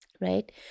Right